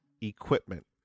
equipment